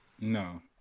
No